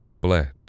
bled